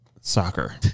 soccer